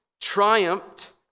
triumphed